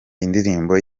indirimbo